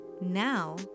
Now